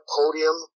podium